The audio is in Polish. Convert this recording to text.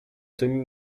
tym